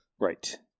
Right